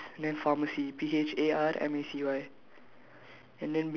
so it's written as plus then pharmacy P H A R M A C Y